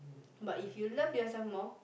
but if you love yourself more